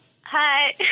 Hi